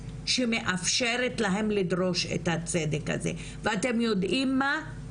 שמאפשרת להם לדרוש את הצדק הזה ואתם יודעים מה?